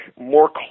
more